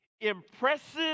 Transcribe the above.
impressive